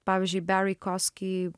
pavyzdžiui beri koski